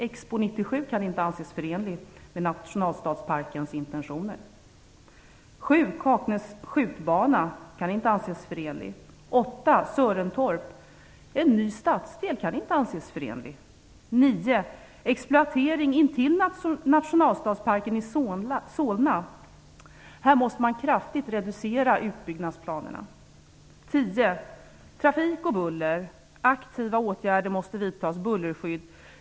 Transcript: Expo 97 kan inte anses förenlig med nationalstadsparkens intentioner. 7. Kaknäs skjutbana kan inte anses förenlig. 8. Sörentorp. En ny stadsdel kan inte anses förenlig! Här måste utbyggnadsplanerna kraftigt reduceras. 10. Trafik och buller. Aktiva åtgärder måste vidtas med hjälp av bullerskydd.